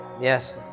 Yes